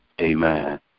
Amen